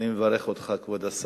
אני מברך אותך, כבוד השר,